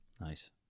Nice